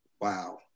wow